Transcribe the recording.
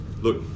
look